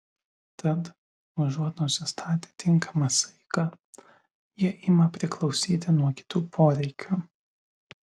tad užuot nusistatę tinkamą saiką jie ima priklausyti nuo kitų poreikių